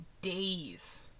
days